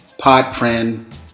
PodFriend